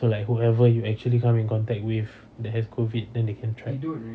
so like whoever you actually come in contact with that has COVID then they can track